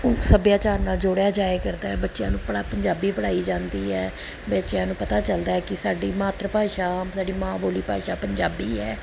ਸੱਭਿਆਚਾਰ ਨਾਲ ਜੋੜਿਆ ਜਾਇਆ ਕਰਦਾ ਬੱਚਿਆਂ ਨੂੰ ਆਪਣਾ ਪੰਜਾਬੀ ਪੜ੍ਹਾਈ ਜਾਂਦੀ ਹੈ ਬੱਚਿਆਂ ਨੂੰ ਪਤਾ ਚੱਲਦਾ ਕਿ ਸਾਡੀ ਮਾਤਰ ਭਾਸ਼ਾ ਸਾਡੀ ਮਾਂ ਬੋਲੀ ਭਾਸ਼ਾ ਪੰਜਾਬੀ ਹੈ